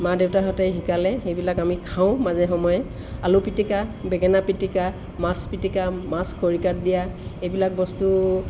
মা দেউতাহঁতে শিকালে সেইবিলাক আমি খাওঁ মাজে সময়ে আলু পিটিকা বেঙেনা পিটিকা মাছ পিটিকা মাছ খৰিকাত দিয়া এইবিলাক বস্তু